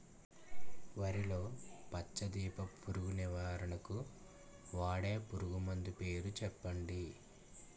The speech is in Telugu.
వరిలో పచ్చ దీపపు పురుగు నివారణకు వాడే పురుగుమందు పేరు చెప్పండి?